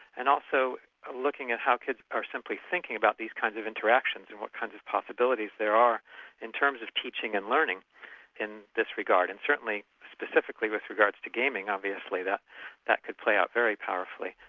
and also looking at how kids are simply thinking about these kinds of interactions, and what kinds of possibilities there are in terms of teaching and learning in this regard, and certainly specifically with regards to gaming obviously that that could play out very powerfully.